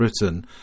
Britain